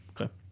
Okay